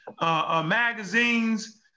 magazines